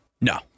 No